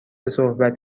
صحبت